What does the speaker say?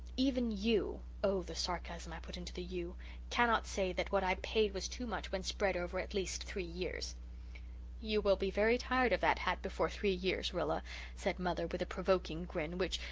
even you' oh, the sarcasm i put into the you' cannot say that what i paid was too much when spread over at least three years you will be very tired of that hat before three years, rilla said mother, with a provoking grin, which,